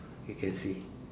you can see